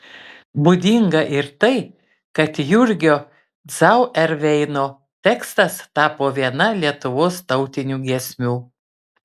būdinga ir tai kad jurgio zauerveino tekstas tapo viena lietuvos tautinių giesmių